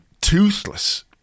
toothless